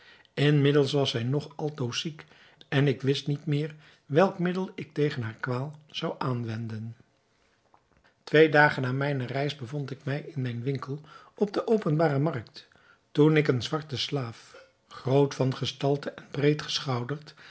inmiddels was zij nog altoos ziek en ik wist niet meer welk middel ik tegen hare kwaal zou aanwenden twee dagen na mijne reis bevond ik mij in mijn winkel op de openbare markt toen ik een zwarte slaaf groot van gestalte en breed geschouderd